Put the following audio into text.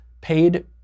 paid